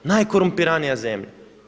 Najkorumpiranija zemlja.